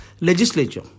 legislature